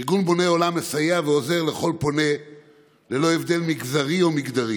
ארגון בוני עולם מסייע ועוזר לכל פונה ללא הבדל מגזרי ומגדרי.